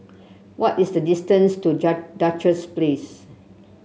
what is the distance to Duchess Place